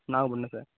Nagapattinam sir